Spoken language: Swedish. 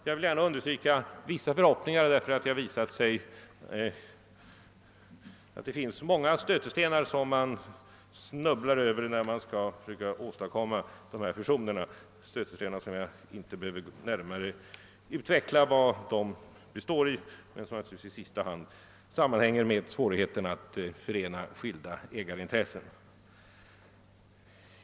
Jag vill gärna understryka att jag säger vissa förhoppningar; det har visat sig att det finns så många stötestenar som man snubblar över när man skall försöka åstadkomma dessa fusioner — jag behöver inte närmare utveckla vari dessa stötestenar består, men de sammanhänger naturligtvis i sista hand med svårigheterna att förena skilda ägarintressen.